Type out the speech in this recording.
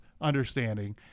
understanding